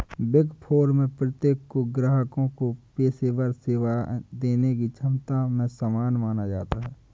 big four में प्रत्येक को ग्राहकों को पेशेवर सेवाएं देने की क्षमता में समान माना जाता है